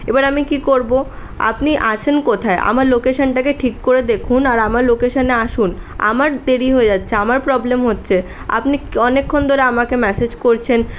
এবার আমি কি করবো আপনি আছেন কোথায় আপনার লোকেশনটাকে ঠিক করে দেখুন আর আমার লোকেশনে আসুন আমার দেরি হয়ে যাচ্ছে আমার প্রবলেম হচ্ছে আপনি অনেকক্ষণ ধরে আমাকে মেসেজ করছেন